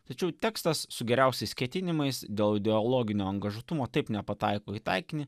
tačiau tekstas su geriausiais ketinimais dėl ideologinio angažuotumo taip nepataiko į taikinį